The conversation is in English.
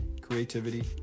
creativity